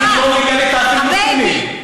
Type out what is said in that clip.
אני לא מגנה את "האחים המוסלמים".